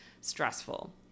stressful